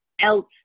else